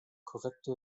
korrekte